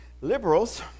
Liberals